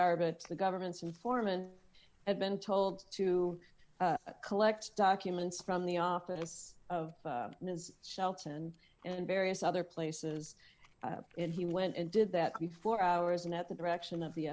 garbutt the government's informant had been told to collect documents from the office of his shelton and various other places and he went and did that before hours and at the direction of the